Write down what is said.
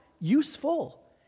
useful